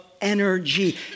energy